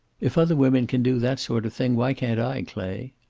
if other women can do that sort of thing, why can't i, clay?